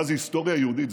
מה זה היסטוריה יהודית.